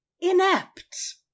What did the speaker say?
inept